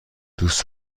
دوست